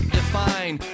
define